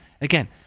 Again